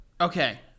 okay